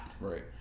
Right